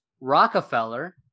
rockefeller